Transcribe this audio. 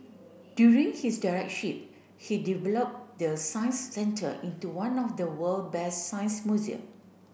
during his direct ship he developed the Science Centre into one of the world best science museum